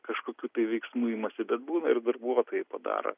kažkokių tai veiksmų imasi bet būna ir darbuotojai padaro